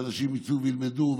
שאנשים יצאו וילמדו.